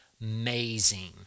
amazing